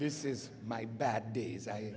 this is my bad days i